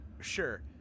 Sure